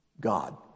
God